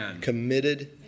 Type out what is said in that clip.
committed